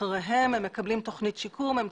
הם מקבלים תוכנית שיקום בקהילה,